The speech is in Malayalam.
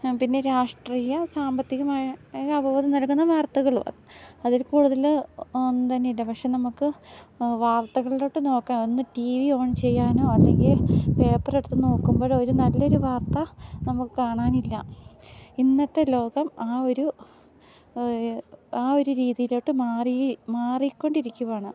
പിന്നെ രാഷ്ട്രീയ സാമ്പത്തികമായ അവബോധം നൽകുന്ന വാർത്തകളും അതിൽ കൂടുതല് ഒന്നും തന്നെയില്ല പക്ഷേ നമുക്ക് വാർത്തകളിലോട്ട് നോക്കാം ഒന്ന് ടി വി ഓൺ ചെയ്യാനോ അല്ലെങ്കിൽ പേപ്പറെടുത്ത് നോക്കുമ്പോഴോ ഒരു നല്ലൊരു വാർത്ത നമുക്ക് കാണാനില്ല ഇന്നത്തെ ലോകം ആ ഒരു ആ ഒരു രീതിയിലോട്ട് മാറി മാറിക്കൊണ്ടിരിക്കുവാണ്